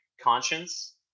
conscience